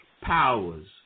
powers